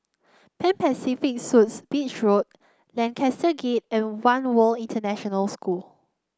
Pan Pacific Suites Beach Road Lancaster Gate and One World International School